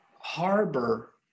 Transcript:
harbor